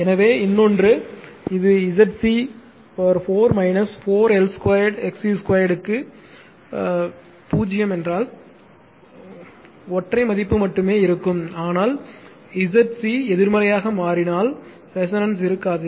எனவே இன்னொன்று இது ZC 4 4 RL 2 XC 2 க்கு 0 என்றால் ஒற்றை மதிப்பு மட்டுமே இருக்கும் ஆனால் ZC எதிர்மறையாக மாறினால் ரெசோனன்ஸ் இருக்காது